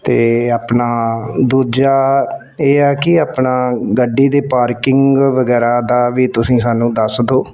ਅਤੇ ਆਪਣਾ ਦੂਜਾ ਇਹ ਆ ਕਿ ਆਪਣਾ ਗੱਡੀ ਦੇ ਪਾਰਕਿੰਗ ਵਗੈਰਾ ਦਾ ਵੀ ਤੁਸੀਂ ਸਾਨੂੰ ਦੱਸ ਦਿਓ